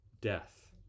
death